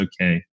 okay